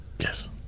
Yes